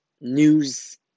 News